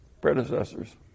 predecessors